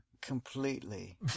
Completely